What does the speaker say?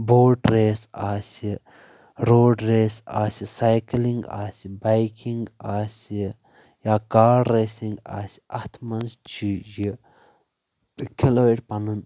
boat race آسہِ road race آسہِ cycling آسہِ بیکنگ آسہِ یا کاڈ ریٚسنگ آسہِ اتھ منٛز چھُ یہِ کھلٲڑۍ پنُن